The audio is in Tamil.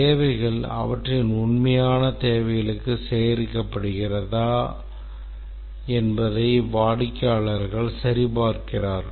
தேவைகள் அவற்றின் உண்மையான தேவைகளுக்கு சேகரிக்கபடுகிறதா என்பதை வாடிக்கையாளர்கள் சரிபார்க்கிறார்கள்